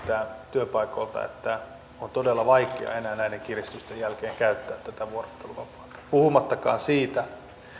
työpaikoilta että on todella vaikeaa enää näiden kiristysten jälkeen käyttää tätä vuorotteluvapaata puhumattakaan siitä